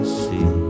see